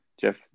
Jeff